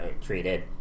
treated